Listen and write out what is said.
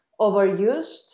overused